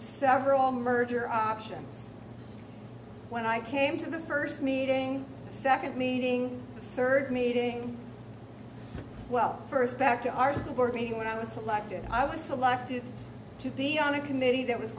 several merger option when i came to the first meeting the second meeting third meeting well first back to our school board meeting when i was selected i was selected to be on a committee that was